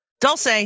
Dulce